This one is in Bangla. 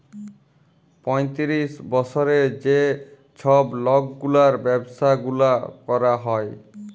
পঁয়তিরিশ বসরের যে ছব লকগুলার ব্যাবসা গুলা ক্যরা হ্যয়